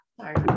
sorry